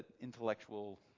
intellectual